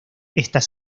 estas